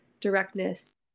directness